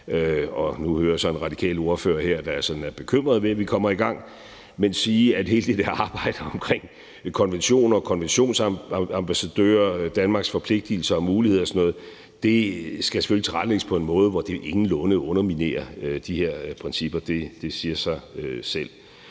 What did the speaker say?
og nu hører jeg så her en radikal ordfører, der er bekymret over, at vi kommer i gang – omkring konventioner, en konventionsambassadør, Danmarks forpligtelser og muligheder og sådan noget selvfølgelig skal tilrettelægges på en måde, hvor det ingenlunde underminerer de her principper – det siger sig selv.